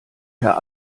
herr